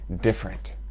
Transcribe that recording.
different